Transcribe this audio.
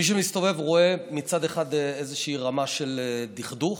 מי שמסתובב רואה מצד אחד איזושהי רמה של דכדוך,